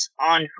on